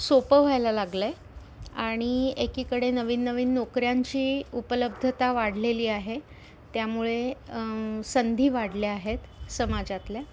सोपं व्हायला लागलं आहे आणि एकीकडे नवीन नवीन नोकऱ्यांची उपलब्धता वाढलेली आहे त्यामुळे संधी वाढल्या आहेत समाजातल्या